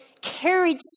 carried